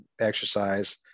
exercise